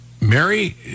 Mary